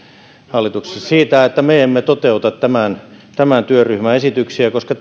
siitä että me emme toteuta tämän tämän työryhmän esityksiä koska